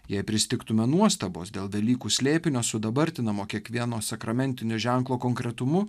jei pristigtume nuostabos dėl velykų slėpinio sudabartinamo kiekvieno sakramentinio ženklo konkretumu